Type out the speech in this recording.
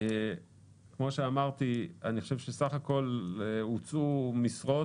כפי שאמרתי, בסך הכול הוצעו משרות.